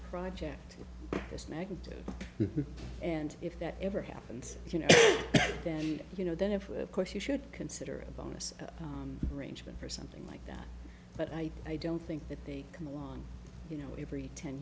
project to snag and if that ever happens you know then you know then of course you should consider a bonus arrangement for something like that but i i don't think that they come along you know every ten